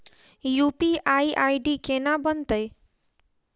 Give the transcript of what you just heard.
UPI ID केना बनतै?